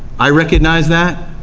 i recognize that,